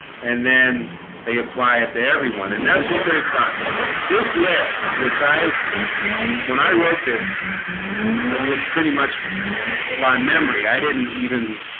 and then they apply it to everyone and that's what they have done this list which i when i wrote this it was pretty much by memory i didn't even